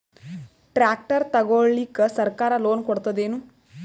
Tractor ತಗೊಳಿಕ ಸರ್ಕಾರ loan ಕೊಡತದೇನು?